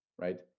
Right